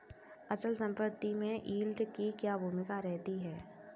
अचल संपत्ति में यील्ड की क्या भूमिका रहती है?